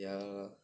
ya lor